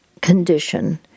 condition